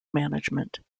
management